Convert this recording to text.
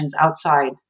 outside